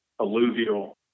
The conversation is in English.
alluvial